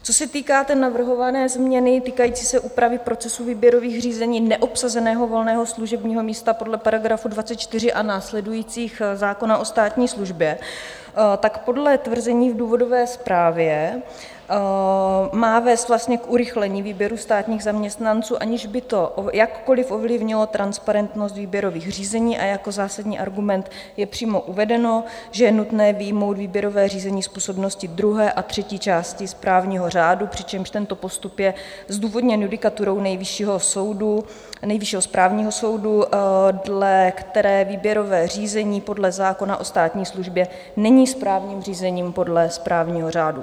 Co se týká navrhované změny týkající se úpravy procesu výběrových řízení neobsazeného volného služebního místa podle § 24 a následujících zákona o státní službě, podle tvrzení v důvodové zprávě má vést vlastně k urychlení výběru státních zaměstnanců, aniž by to jakkoliv ovlivnilo transparentnost výběrových řízení, a jako zásadní argument je přímo uvedeno, že je nutné vyjmout výběrové řízení z působnosti druhé a třetí části správního řádu, přičemž tento postup je zdůvodněn judikaturou Nejvyššího soudu, Nejvyššího správního soudu, dle které výběrové řízení podle zákona o státní službě není správním řízením podle správního řádu.